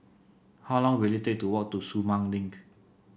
how long will it take to walk to Sumang Link